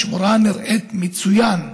השמורה נראית מצוין.